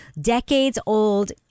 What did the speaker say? decades-old